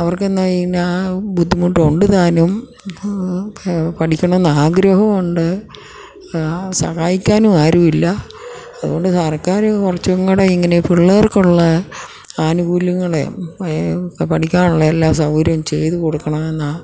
അവരെന്തു ചെയ്യാനാണ് ബുദ്ധിമുട്ടുണ്ടുതാനും പഠിക്കണമെന്ന് ആഗ്രഹവുമുണ്ട് സഹായിക്കാനും ആരുമില്ല അതുകൊണ്ട് സർക്കാര് കുറച്ചും കൂടെ ഇങ്ങനെ പിള്ളേർക്കുള്ള ആനുകൂല്യങ്ങളും പഠിക്കാനുള്ള എല്ലാ സൗകര്യവും ചെയ്തുകൊടുക്കണമെന്നാണ്